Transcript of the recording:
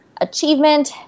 achievement